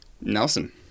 Nelson